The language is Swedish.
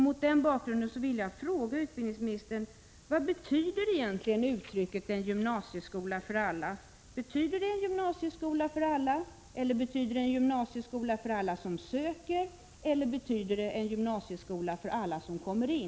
Mot den bakgrunden vill jag fråga utbildningsministern: Vad betyder egentligen uttrycket En gymnasieskola för alla — betyder det en gymnasieskola för alla, en gymnasieskola för alla som söker eller en gymnasieskola för alla som kommer in?